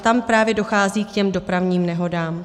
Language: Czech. Tam právě dochází k těm dopravním nehodám.